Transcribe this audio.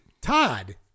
Todd